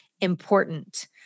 important